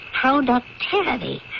productivity